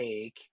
take